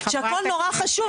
שהכול נורא חשוב,